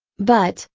but,